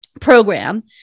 program